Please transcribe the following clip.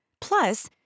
Plus